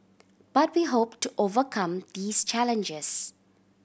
but we hope to overcome these challenges